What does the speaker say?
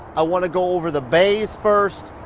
i want to go over the bays first,